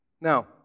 Now